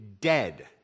dead